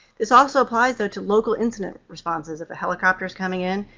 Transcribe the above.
this also applies, though, to local incident responses if the helicopter's coming in.